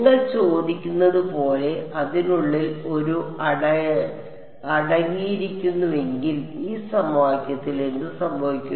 നിങ്ങൾ ചോദിക്കുന്നത് പോലെ അതിനുള്ളിൽ ഒരു അടങ്ങിയിരിക്കുന്നുവെങ്കിൽ ഈ സമവാക്യത്തിൽ എന്ത് സംഭവിക്കും